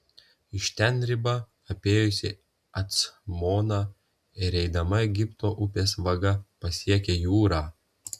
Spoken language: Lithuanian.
iš ten riba apėjusi acmoną ir eidama egipto upės vaga pasiekia jūrą